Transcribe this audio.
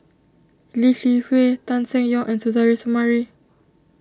Lee Li Hui Tan Seng Yong and Suzairhe Sumari